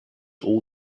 all